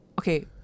okay